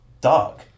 Dark